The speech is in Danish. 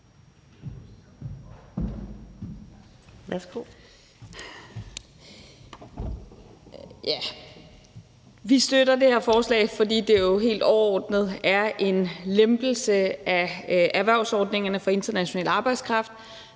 Vi støtter det her forslag, fordi det jo helt overordnet er en lempelse af erhvervsordningerne for international arbejdskraft.